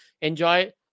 Enjoy